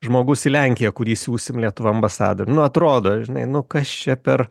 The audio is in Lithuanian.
žmogus į lenkiją kurį siųsim lietuva ambasadorių nu atrodo žinai nu kas čia per